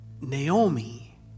Naomi